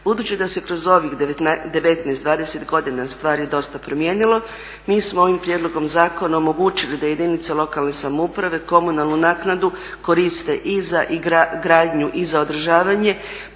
Budući da se kroz ovih 19-20 godina stvari dosta promijenilo, mi smo ovim prijedlogom zakona omogućili da jedinice lokalne samouprave komunalnu naknadu koriste i za gradnju i za održavanje